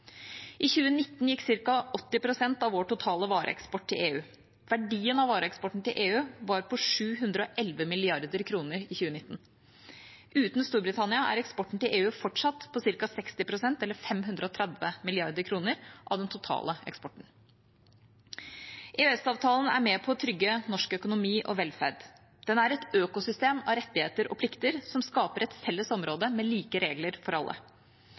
I 2019 gikk ca. 80 pst. av vår totale vareeksport til EU. Verdien av vareeksporten til EU var på 711 mrd. kr i 2019. Uten Storbritannia er eksporten til EU fortsatt på ca. 60 pst., eller 530 mrd. kr., av den totale eksporten. EØS-avtalen er med på å trygge norsk økonomi og velferd. Den er et økosystem av rettigheter og plikter, som skaper et felles område med like regler for alle.